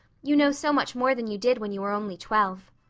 you know so much more than you did when you were only twelve.